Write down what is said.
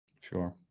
Sure